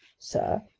sir?